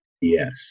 Yes